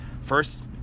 first